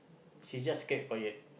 she just kept quiet